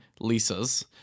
Lisa's